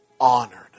honored